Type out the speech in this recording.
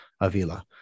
Avila